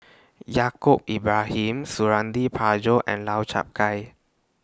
Yaacob Ibrahim Suradi Parjo and Lau Chiap Khai